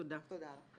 תודה.